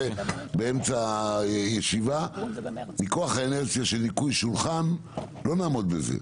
מכוח האינרציה של ניקוי שולחן, לא נעמוד בזה.